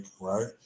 right